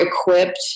equipped